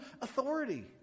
authority